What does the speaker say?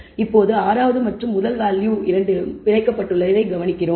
இப்போது ஆறாவது மற்றும் முதல் வேல்யூ இரண்டும் பிணைக்கப்பட்டுள்ளதைக் கவனிக்கிறோம்